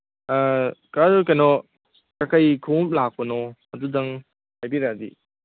ꯀꯥ ꯑꯗꯨ ꯀꯩꯅꯣ ꯀꯔꯤ ꯀꯔꯤ ꯈꯣꯡꯎꯞ ꯂꯥꯛꯄꯅꯣ ꯑꯗꯨꯗꯪ ꯍꯥꯏꯕꯤꯔꯛꯑꯗꯤ